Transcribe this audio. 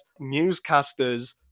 newscasters